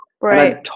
Right